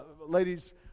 Ladies